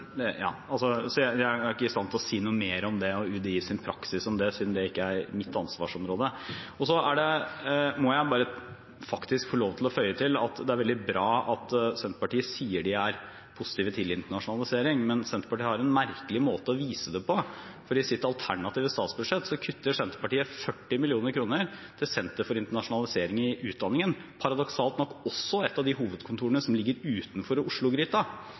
og UDIs praksis siden det ikke er mitt ansvarsområde. Jeg må bare få lov til å føye til at det er bra at Senterpartiet sier de er positive til internasjonalisering. Men de har en merkelig måte å vise det på, for i sitt alternative statsbudsjett kutter Senterpartiet 40 mill. kr til Senter for internasjonalisering i utdanningen, paradoksalt nok også et av de hovedkontorene som ligger utenfor